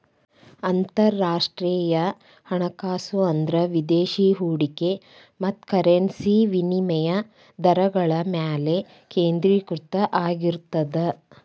ಅಂತರರಾಷ್ಟ್ರೇಯ ಹಣಕಾಸು ಅಂದ್ರ ವಿದೇಶಿ ಹೂಡಿಕೆ ಮತ್ತ ಕರೆನ್ಸಿ ವಿನಿಮಯ ದರಗಳ ಮ್ಯಾಲೆ ಕೇಂದ್ರೇಕೃತ ಆಗಿರ್ತದ